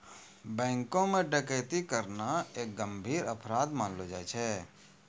बैंको म डकैती करना एक गंभीर अपराध मानलो जाय छै